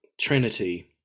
trinity